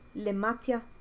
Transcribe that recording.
lematia